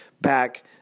back